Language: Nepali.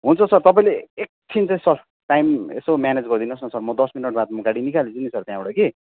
हुन्छ सर तपाईँले एकछिन चाहिँ सर टाइम यसो म्यानेज गरिदिनुहोस् न सर म दस मिनेटबाद म गाडी निकालिहाल्छु नि सर त्यहाँबाट कि